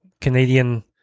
Canadian